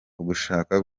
ugushaka